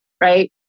right